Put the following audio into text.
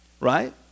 Right